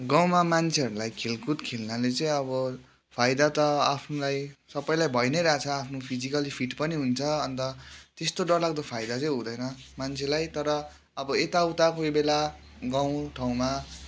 गाउँमा मान्छेहरूलाई खेलकुद खेल्नाले चाहिँ अब फाइदा त आफूलाई सबैलाई भइ नै रहेको छ आफ्नो फिजिकल्ली फिट पनि हुन्छ अन्त त्यस्तो डर लाग्दो फाइदा चाहिँ हुँदैन मान्छेलाई तर अब यताउता कोही बेला गाउँ ठाउँमा